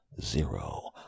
zero